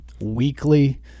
weekly –